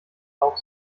lauf